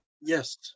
Yes